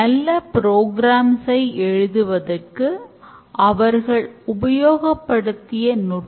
இப்போது நாம் முக்கியமான பதவிகள் மற்றும் அதன் வேலைகளை பார்ப்போம்